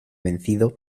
vencido